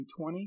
20